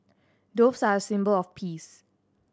doves are a symbol of peace